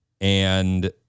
And-